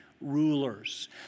rulers